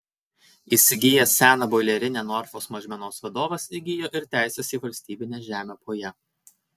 įsigijęs seną boilerinę norfos mažmenos vadovas įgijo ir teises į valstybinę žemę po ja